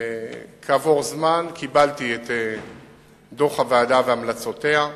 כעבור זמן קיבלתי את דוח הוועדה והמלצותיה.